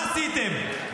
מה עשיתם?